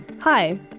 Hi